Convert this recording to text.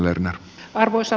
arvoisa puhemies